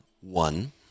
one